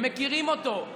הם מכירים אותו.